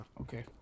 Okay